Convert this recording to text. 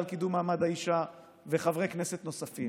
לקידום מעמד האישה וחברי כנסת נוספים,